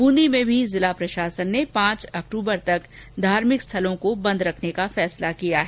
ब्रंदी में भी प्रशासन ने पांच अक्टूबर तक धार्मिक स्थलों को नहीं खोलने का फैसला किया है